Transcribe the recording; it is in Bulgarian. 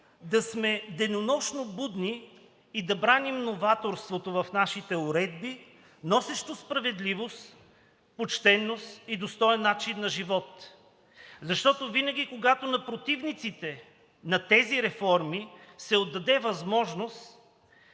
да сме денонощно будни и да браним новаторството в нашите уредби, носещо справедливост, почтеност и достоен начин на живот, защото винаги, когато на противниците на тези реформи се отдаде възможност